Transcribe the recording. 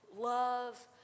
Love